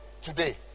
today